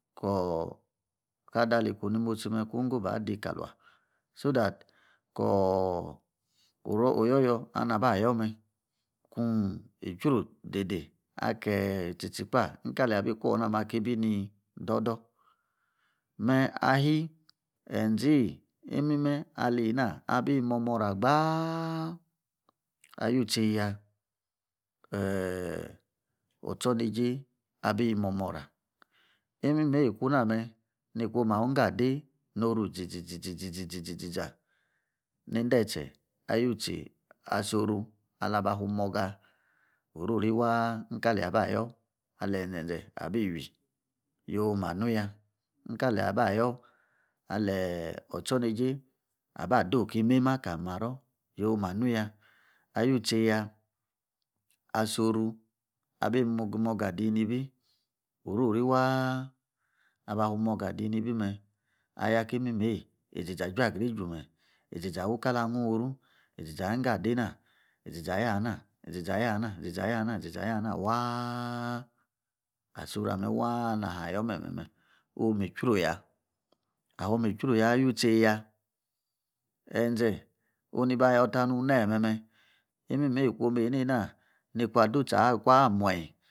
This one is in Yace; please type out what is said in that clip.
Koor ka'ada ali kwu ni mostsime kun wuu ingo ba dei ka leyi so that koor oyoyoor alei ni aba ayoor me kuun itchru dei dei. Akeyi tsi tsi kpa ika aleyi abi kuu ona me ki bii niyi dodor. Me ashi enzei imeme ali eina bi momo ra gbaa ayu cheiya ee otchor neijei ibi momora imimei iku na me na yom awingo adei noru iziza iziza zizi ziza heindei etsi. Ayu tsi asoru ala ba fu oga. Orori waa ka leyi aba yoor aleyi in zeze abi wii yoo ma nu ya. Ni ka leyi aba yoor alee otchor neijei aba dei oki meima kalimaro asoru abi mogi moga adii nibi orori waa aba fu moga adii nibi me ayoor aki mimei iziza ajua grinyi juu imenyi iziza awu ikala wuoru iziza iwingo adei na iziza yaana iziza yaaha ziza yana ziza ziza yana waa asi orua me waa aleini ayoor meme me omi itchru ya. Ahomi tchru ya yu chei ya enze mi ba yoor ta nung ineme me imimei ikum eineina ni kwa du tsi ikwaa muanyi